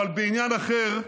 אבל בעניין אחר,